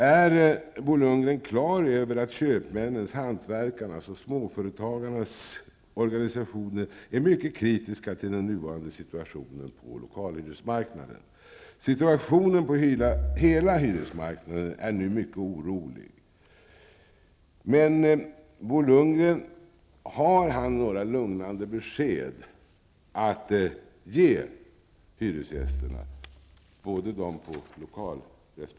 Är Bo Lundgren klar över att köpmännens, hantverkarnas och småföretagarnas organisationer är mycket kritiska till den nuvarande situationen på lokalhyresmarknaden? Situationen på hela hyresmarknaden är nu mycket orolig. Har Bo Lundgren några lugnande besked att ge hyresgästerna på lokal resp.